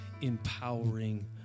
empowering